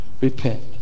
Repent